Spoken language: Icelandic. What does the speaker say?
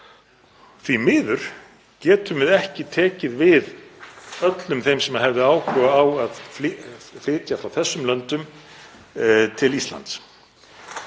Því miður getum við ekki tekið við öllum þeim sem hefðu áhuga á að flytja frá þessum löndum til Íslands.